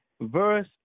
verse